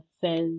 says